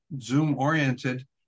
Zoom-oriented